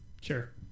Sure